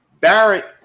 Barrett